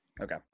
Okay